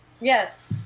yes